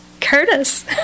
Curtis